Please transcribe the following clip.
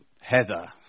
Heather